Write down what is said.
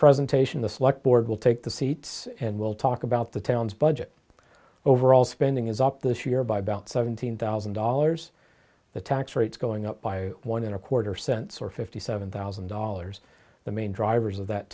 presentation the select board will take the seats and will talk about the town's budget overall spending is up this year by about seventeen thousand dollars the tax rates going up by one and a quarter cents or fifty seven thousand dollars the main drivers of that